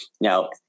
Now